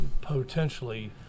potentially